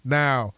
now